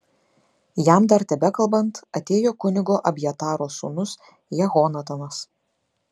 jam dar tebekalbant atėjo kunigo abjataro sūnus jehonatanas